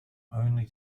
only